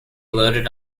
loaded